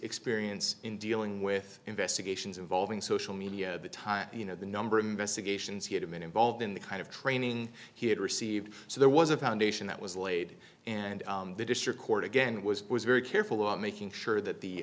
experience in dealing with investigations involving social media the time you know the number of investigations he had been involved in the kind of training he had received so there was a foundation that was laid and the district court again was was very careful about making sure that the